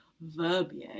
Verbier